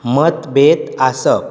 मतभेद आसप